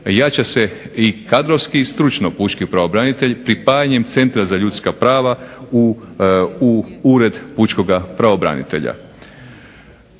jača se i kadrovski i stručno pučki pravobranitelj pripajanjem Centra za ljudska prava u Ured pučkoga pravobranitelja.